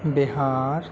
بہار